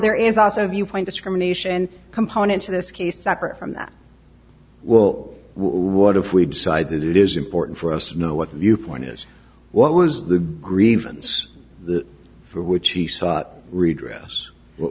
there is also viewpoint discrimination component to this case separate from that well what if we decide that it is important for us know what the viewpoint is what was the grievance for which he sought redress what